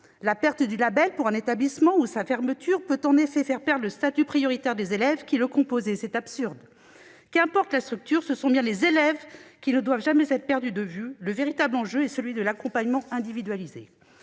La perte du label pour un établissement ou sa fermeture peut faire perdre le statut prioritaire des élèves qui le composaient : c'est absurde ! Qu'importe la structure, ce sont bien les élèves qui ne doivent jamais être perdus de vue ; le véritable enjeu, c'est l'accompagnement individualisé.